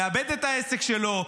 מאבד את העסק שלו,